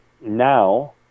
now